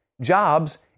jobs